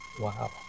Wow